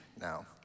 now